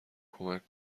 کمک